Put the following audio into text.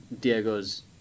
diego's